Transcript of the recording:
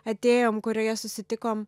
atėjom kurioje susitikom